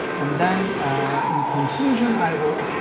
and then in conclusion i will,